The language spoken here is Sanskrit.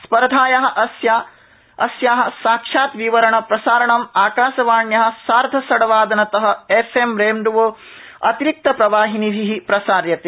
स्पर्धाया अस्या साक्षाद विवरण प्रसारणं आकाशवाण्या सार्ध षड़वादनत एफएम रेनबो अतिरिक्त प्रवाहिनिभि प्रसार्यते